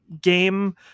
game